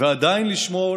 ועדיין לשאול